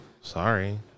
Sorry